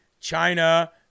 China